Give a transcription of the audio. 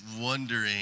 wondering